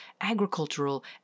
agricultural